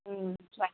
ம்